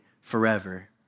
forever